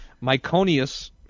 Myconius